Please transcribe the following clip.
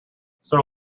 sir